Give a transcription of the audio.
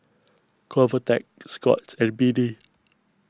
Convatec Scott's and B D